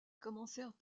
commencèrent